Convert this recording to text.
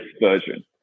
version